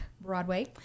Broadway